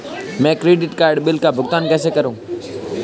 मैं credit card bill का भुगतान कैसे करूं?